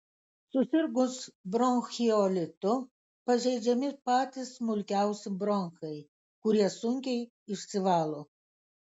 susirgus bronchiolitu pažeidžiami patys smulkiausi bronchai kurie sunkiai išsivalo